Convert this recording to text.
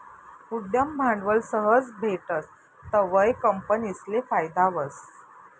उद्यम भांडवल सहज भेटस तवंय कंपनीसले फायदा व्हस